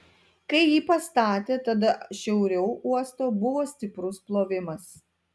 kai jį pastatė tada šiauriau uosto buvo stiprus plovimas